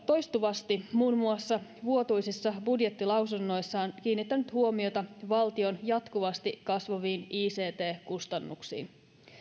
toistuvasti muun muassa vuotuisissa budjettilausunnoissaan kiinnittänyt huomiota valtion jatkuvasti kasvaviin ict kustannuksiin